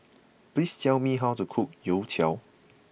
please tell me how to cook Youtiao